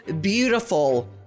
beautiful